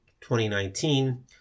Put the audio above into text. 2019